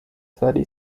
thirty